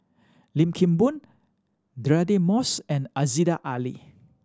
Lim Kim Boon Deirdre Moss and Aziza Ali